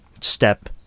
step